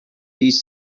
these